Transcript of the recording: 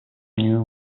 new